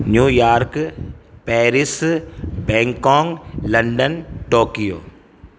New York Paris Bangkok London Tokyo